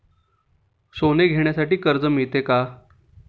सोने घेण्यासाठी कर्ज मिळते का?